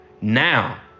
now